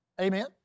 Amen